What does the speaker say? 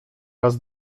raz